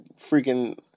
freaking